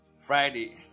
Friday